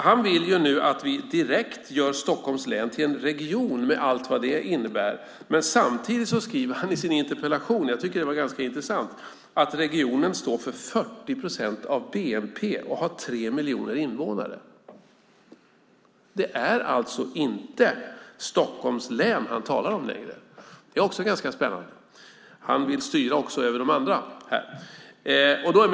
Han vill nu att vi direkt gör Stockholms län till en region med allt vad det innebär. Men samtidigt skriver han i sin interpellation att regionen står för 40 procent av bnp och har tre miljoner invånare. Jag tycker att det var ganska intressant, för då är det alltså inte Stockholms län han talar om länge. Det är spännande. Han vill styra också över de andra här.